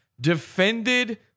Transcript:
defended